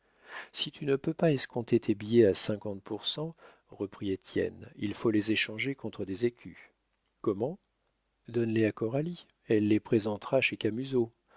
si tu ne peux pas escompter tes billets à cinquante pour cent reprit étienne il faut les échanger contre des écus comment donne les à coralie elle les présentera chez